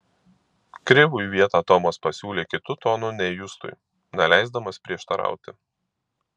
krivui vietą tomas pasiūlė kitu tonu nei justui neleisdamas prieštarauti